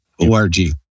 O-R-G